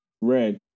Red